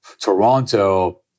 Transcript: Toronto